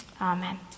Amen